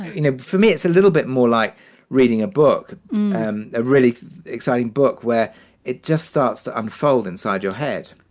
you know, for me, it's a little bit more like reading a book a really exciting book where it just starts to unfold inside your head.